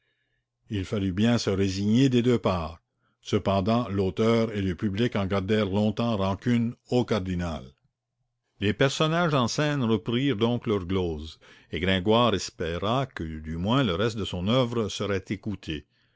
il fallut bien se résigner des deux parts cependant l'auteur et le public en gardèrent longtemps rancune au cardinal les personnages en scène reprirent donc leur glose et gringoire espéra que du moins le reste de son oeuvre serait écouté